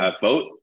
vote